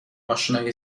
ماشینهای